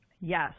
Yes